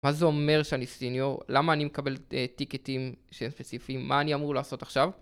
מה זה אומר שאני סיניור? למה אני מקבל טיקטים ש… ספציפיים? מה אני אמור לעשות עכשיו?